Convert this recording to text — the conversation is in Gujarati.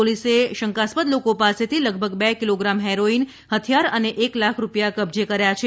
પોલીસ શંકાસ્પદ લોકો પાસેથી લગભગ બે કિલોગ્રામ હેરોઇન હથિયાર અને એક લાખ રૂપિયા કબ્જે કર્યા છે